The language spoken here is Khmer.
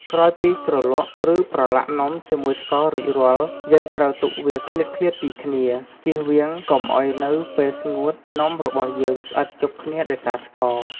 ក្រោយពីជ្រលក់ ឬប្រឡាក់នំជាមួយស្កររួចរាល់ យើងត្រូវទុកវាឃ្លាតៗពីគ្នា ជៀសវាងកុំឱ្យនៅពេលស្ងួត នំរបស់យើងស្អិតជាប់គ្នាដោយសារស្ករ។